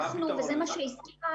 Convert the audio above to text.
מה הפתרון?